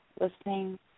listening